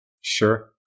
Sure